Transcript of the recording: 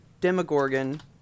Demogorgon